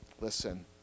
Listen